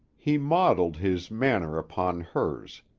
he modeled his manner upon hers.